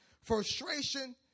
frustration